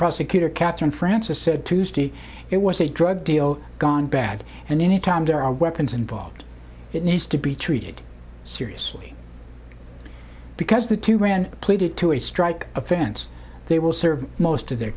prosecutor catherine francis said tuesday it was a drug deal gone bad and anytime there are weapons involved it needs to be treated seriously because the two ran pleaded to a strike offense they will serve most of their